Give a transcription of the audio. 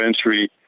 entry